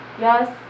yes